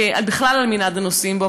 בכלל על מנעד הנושאים שבו,